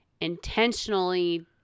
intentionally